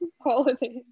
holidays